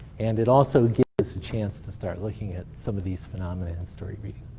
and it also gives us a chance to start looking at some of these phenomena in story reading.